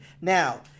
Now